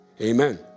Amen